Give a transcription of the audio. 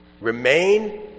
Remain